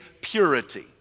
purity